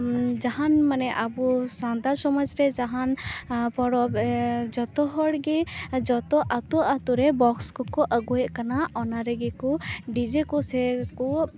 ᱡᱟᱦᱟᱱ ᱢᱟᱱᱮ ᱟᱵᱚ ᱥᱟᱱᱛᱟᱲ ᱥᱚᱢᱟᱡᱽ ᱨᱮ ᱡᱟᱦᱟᱱ ᱯᱚᱨᱚᱵᱽ ᱡᱚᱛᱚ ᱦᱚᱲ ᱜᱮ ᱡᱚᱛᱚ ᱟᱛᱳ ᱟᱛᱳ ᱨᱮ ᱵᱚᱠᱥ ᱠᱚ ᱠᱚ ᱟᱹᱜᱩᱭᱮᱫ ᱠᱟᱱᱟ ᱚᱱᱟ ᱨᱮᱜᱮ ᱠᱚ ᱰᱤᱡᱮ ᱠᱚ ᱥᱮ ᱠᱚ